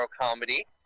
comedy